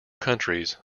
countries